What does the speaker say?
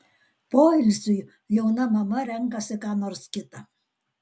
poilsiui jauna mama renkasi ką nors kita